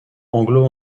anglo